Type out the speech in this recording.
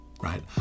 right